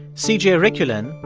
cj yeah riculan,